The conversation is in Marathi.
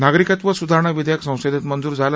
नागरिकत्व सुधारणा विधेयक संसदेत मंजूर झालं